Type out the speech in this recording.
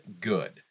good